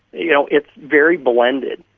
you know it's very blended.